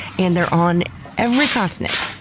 and they're on every continent,